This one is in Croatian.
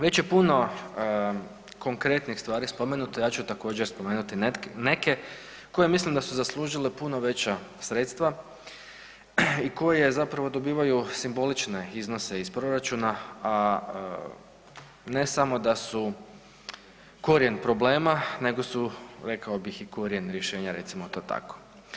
Već je puno konkretnih stvari spomenuto, ja ću također spomenuti neke koje mislim da su zaslužile puno veća sredstva i koje zapravo dobivaju simbolične iznose iz proračuna, a ne samo da su korijen problema nego su rekao bih i korijen rješenja recimo to tako.